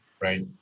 right